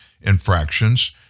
infractions